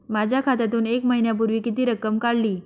माझ्या खात्यातून एक महिन्यापूर्वी किती रक्कम काढली?